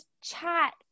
chat